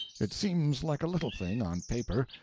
it seems like a little thing, on paper,